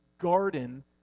garden